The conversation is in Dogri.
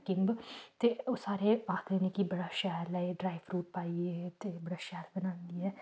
किम्ब ते ओह् सारे आखदे न कि बड़ा शैल ऐ एह् ड्राई फ्रूट पाइयै ते बड़ा शैल बनांदी ऐ